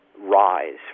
rise